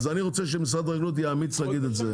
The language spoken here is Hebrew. אז אני רוצה שמשרד החקלאות יהיה אמיץ להגיד את זה,